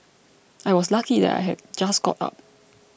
I was lucky that I had just got up